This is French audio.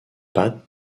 pat